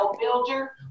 builder